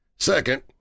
Second